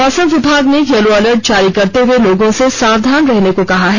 मौसम विभाग ने येल्लो अलर्ट जारी करते हुए लोगों से सावधान रहने को कहा है